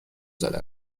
زده